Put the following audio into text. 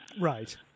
right